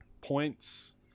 points